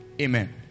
Amen